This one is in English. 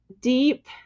deep